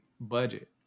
budget